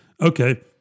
Okay